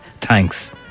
Thanks